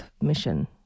mission